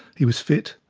he was fit,